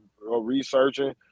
researching